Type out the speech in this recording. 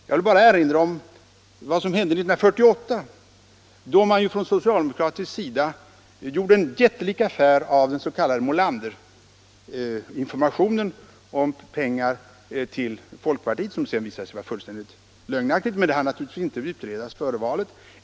Jag vill bara erinra om vad som hände 1948, då man på socialdemokratiskt håll gjorde en jättelik affär av den s.k. Molanderinformationen om pengar till folkpartiet, vilken sedan visade sig vara fullständigt felaktig. Men detta hann naturligtvis inte alls utredas före valet.